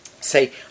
say